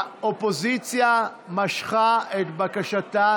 לא, חשבתי שאתה רוצה שמית.